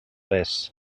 res